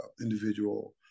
individual